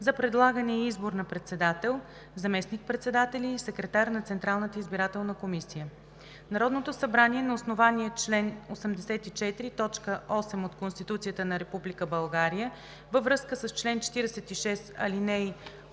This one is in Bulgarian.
за предлагане и избор на председател, заместник-председатели и секретар на Централната избирателна комисия Народното събрание на основание чл. 84, т. 8 от Конституцията на Република България във връзка с чл. 46, ал. 4